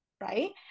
right